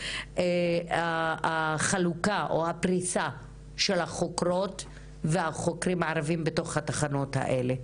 את החלוקה או הפריסה של החוקרות והחוקרים הערביים בתוך התחנות האלה,